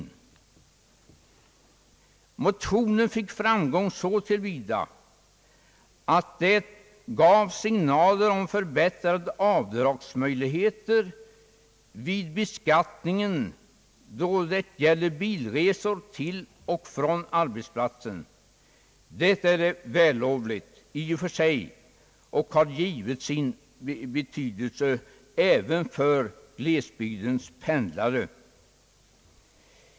Motionen fick framgång så till vida att det gavs signaler om förbättrade avdragsmöjligheter vid beskattningen då det gäller bilresor till och från arbets platsen. Detta är vällovligt i och för sig och har givetvis sin betydelse även för glesbygdens pendlare.